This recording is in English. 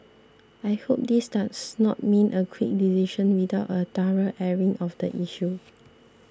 I hope this does not mean a quick decision without a thorough airing of the issue